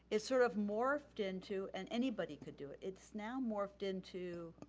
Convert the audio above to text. it sort of morphed into and anybody could do it. it's now morphed into,